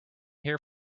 here